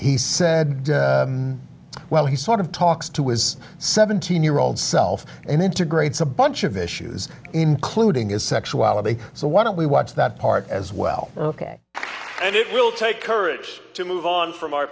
he said well he sort of talks to his seventeen year old self and integrates a bunch of issues including his sexuality so why don't we watch that part as well ok and it will take courage to move on from our